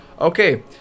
okay